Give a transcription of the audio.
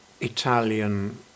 Italian